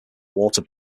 water